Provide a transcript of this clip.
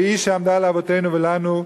והיא שעמדה לאבותינו ולנו,